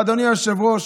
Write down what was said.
אדוני היושב-ראש,